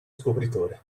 scopritore